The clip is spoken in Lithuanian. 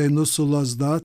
einu su lazda